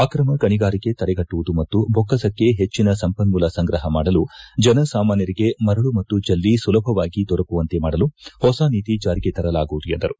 ಅಕ್ರಮ ಗಣಿಗಾರಿಕೆ ತಡೆಗಟ್ಟುವುದು ಮತ್ತು ಬೊಕ್ಕಸಕ್ಕೆ ಹೆಚ್ಚಿನ ಸಂಪನ್ಮೂಲ ಸಂಗ್ರಪ ಮಾಡಲು ಜನಸಾಮಾನ್ಕರಿಗೆ ಮರಳು ಮತ್ತು ಜೆಲ್ಲಿ ಸುಲಭವಾಗಿ ದೊರಕುವಂತೆ ಮಾಡಲು ಹೊಸ ನೀತಿ ಜಾರಿಗೆ ತರಲಾಗುವುದು ಎಂದರು